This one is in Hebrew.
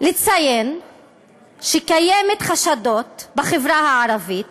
אציין שקיימים חשדות בחברה הערבית